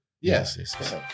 Yes